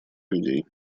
людей